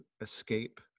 escape